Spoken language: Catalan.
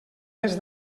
mes